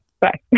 Bye